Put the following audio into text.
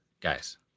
guys